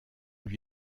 lui